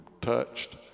touched